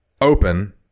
Open